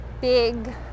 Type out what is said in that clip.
big